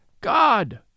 God